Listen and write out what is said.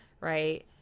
right